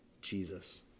Jesus